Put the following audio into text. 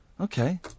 Okay